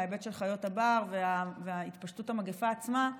מההיבט של חיות הבר והתפשטות המגפה עצמה,